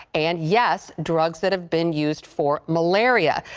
and yes, drugs that have been used for malaria.